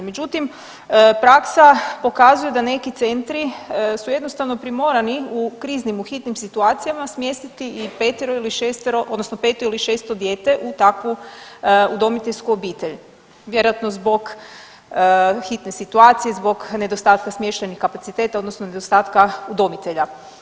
Međutim, praksa pokazuje da neki centri su jednostavno primorani u kriznim, u hitnim situacijama smjestiti i petero ili šestero odnosno 5 ili 6 dijete u takvu udomiteljsku obitelj vjerojatno zbog hitne situacije, zbog nedostatka smještajnih kapaciteta odnosno nedostatka udomitelja.